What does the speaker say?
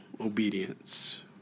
obedience